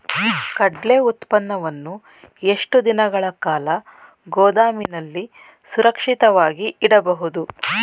ಕಡ್ಲೆ ಉತ್ಪನ್ನವನ್ನು ಎಷ್ಟು ದಿನಗಳ ಕಾಲ ಗೋದಾಮಿನಲ್ಲಿ ಸುರಕ್ಷಿತವಾಗಿ ಇಡಬಹುದು?